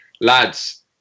lads